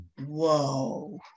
Whoa